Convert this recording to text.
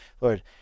Lord